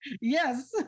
Yes